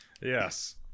Yes